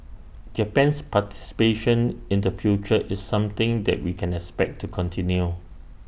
Japan's participation in the future is something that we can expect to continue